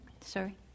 Sorry